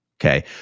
okay